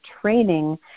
training